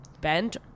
bent